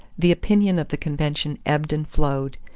the opinion of the convention ebbed and flowed,